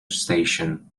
station